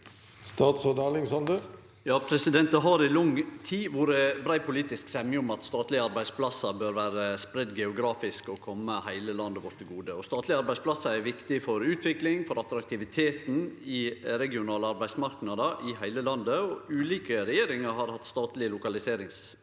Statsråd Erling Sande Det har i lang tid vore brei politisk semje om at statlege arbeidsplassar bør vere spreidde geografisk og kome heile landet vårt til gode. Statlege arbeidsplassar er viktige for utviklinga og attraktiviteten i regionale arbeidsmarknader i heile landet, og ulike regjeringar har hatt statleg lokaliseringspolitikk